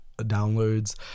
downloads